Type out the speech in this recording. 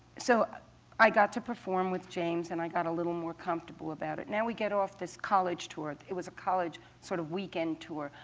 so i got to perform with james, and i got a little more comfortable about it. now we get off this college tour. it was a college, sort of weekend tour.